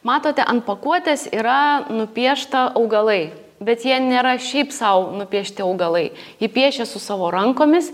matote ant pakuotės yra nupiešta augalai bet jie nėra šiaip sau nupiešti augalai ji piešia su savo rankomis